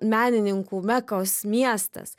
menininkų mekos miestas